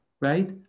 right